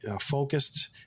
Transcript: focused